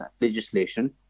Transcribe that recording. legislation